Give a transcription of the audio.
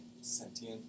Sentient